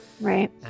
right